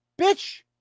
Bitch